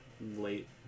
late